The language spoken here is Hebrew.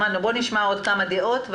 בואו נשמע עוד כמה דעות.